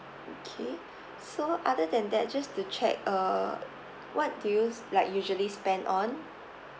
okay so other than that just to check uh what do yous like usually spend on